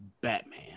Batman